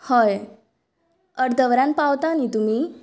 हय अर्द वरान पावता न्ही तुमी